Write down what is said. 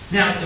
Now